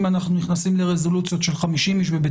אם אנחנו נכנסים לרזולוציות של 50 איש בבית